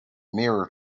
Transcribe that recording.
mirror